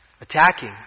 attacking